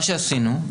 מה שעשינו,